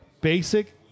basic